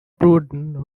burton